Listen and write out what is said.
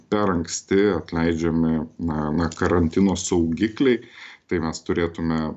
per anksti atleidžiami na na karantino saugikliai tai mes turėtume